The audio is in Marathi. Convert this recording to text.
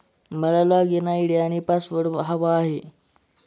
मला लॉगइन आय.डी आणि पासवर्ड हवा आहे